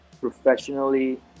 professionally